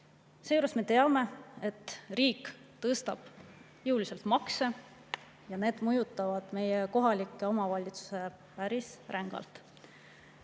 Seejuures me teame, et riik tõstab jõuliselt makse ja need mõjutavad meie kohalikke omavalitsusi päris rängalt.